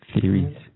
theories